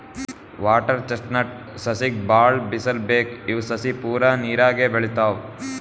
water chestnut ಸಸಿಗ್ ಭಾಳ್ ಬಿಸಲ್ ಬೇಕ್ ಇವ್ ಸಸಿ ಪೂರಾ ನೀರಾಗೆ ಬೆಳಿತಾವ್